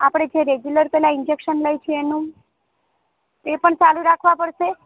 આપણે જે રેગ્યુલર પેલાં ઇન્જેક્શન લઈએ છીએ એનું એ પણ ચાલું રાખવાં પડશે